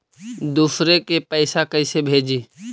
दुसरे के पैसा कैसे भेजी?